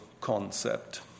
concept